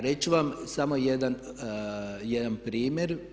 Reći ću vam samo jedan primjer.